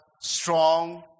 strong